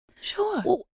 Sure